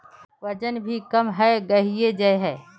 वजन भी कम है गहिये जाय है?